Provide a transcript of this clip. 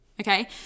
Okay